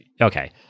Okay